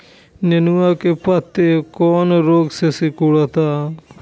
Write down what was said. नेनुआ के पत्ते कौने रोग से सिकुड़ता?